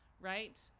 right